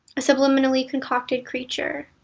a subliminally concocted creature.